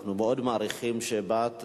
אנחנו מאוד מעריכים שבאת,